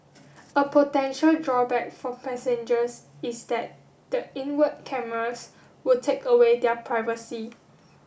a potential drawback for passengers is that the inward cameras would take away their privacy